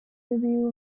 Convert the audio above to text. review